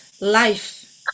life